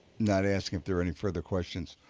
not asking if there were any further questions.